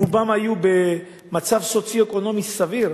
רובם היו במצב סוציו-אקונומי סביר.